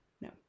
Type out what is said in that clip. no